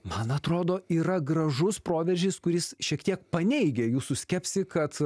man atrodo yra gražus proveržis kuris šiek tiek paneigia jūsų skepsį kad